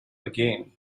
again